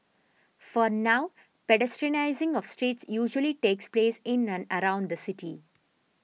for now pedestrianising of streets usually takes place in and around the city